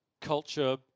culture